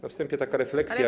Na wstępie taka refleksja.